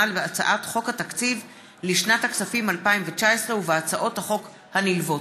בהצעת חוק התקציב לשנת הכספים 2019 ובהצעות החוק הנלוות.